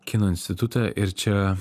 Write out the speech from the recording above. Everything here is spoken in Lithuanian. kino institutą ir čia